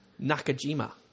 Nakajima